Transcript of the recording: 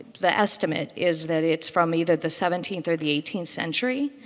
the estimate is that it's from either the seventeenth or the eighteenth century.